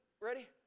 ready